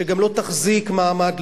שגם לא תחזיק מעמד,